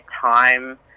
time